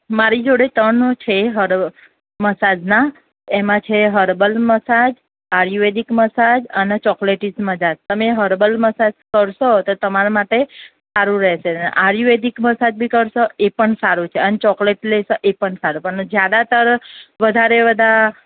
મારી જોડે ત્રણેય છે હર મસાજના એમાં છે હર્બલ મસાજ આયુર્વેદિક મસાજ અને ચોકલેટીજ મજાજ તમે હર્બલ મસાજ કરશો તો તમારા માટે સારું રહેશે ને આયુર્વેદિક મસાજ બી કરશો એ પણ સારું છે અને ચોકલેટ લેશો એ પણ સારું પણ જ્યાદાતર વધારે બધા